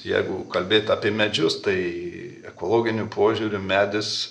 jeigu kalbėt apie medžius tai ekologiniu požiūriu medis